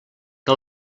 que